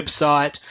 website